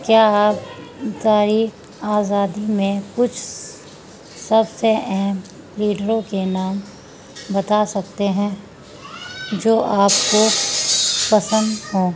کیا آپ تاریخ آزادی میں کچھ سب سے اہم لیڈروں کے نام بتا سکتے ہیں جو آپ کو پسند ہوں